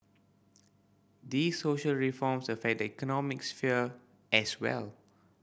these social reforms affect the economic sphere as well